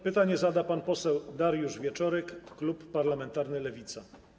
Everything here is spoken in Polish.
Pytanie zada pan poseł Dariusz Wieczorek, klub parlamentarny Lewica.